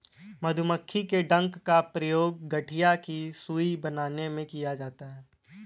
मधुमक्खी के डंक का प्रयोग गठिया की सुई बनाने में किया जाता है